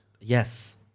Yes